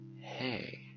Hey